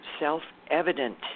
self-evident